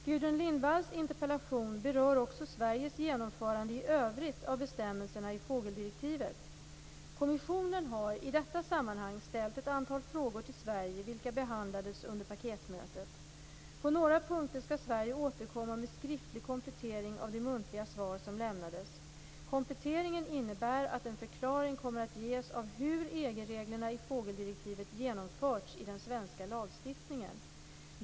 Gudrun Lindvalls interpellation berör också Sveriges genomförande i övrigt av bestämmelserna i fågeldirektivet. Kommissionen har i detta sammanhang ställt ett antal frågor till Sverige, vilka behandlades under paketmötet. På några punkter skall Sverige återkomma med skriftlig komplettering av de muntliga svar som lämnades. Kompletteringen innebär att en förklaring kommer att ges av hur EG reglerna i fågeldirektivet genomförts i den svenska lagstiftningen.